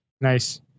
Nice